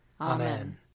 Amen